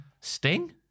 Sting